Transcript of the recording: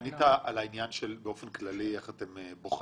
ענית באופן כללי איך אתם בוחנים,